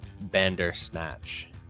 Bandersnatch